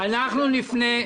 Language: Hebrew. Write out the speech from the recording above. מזה הם מפחדים.